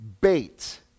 bait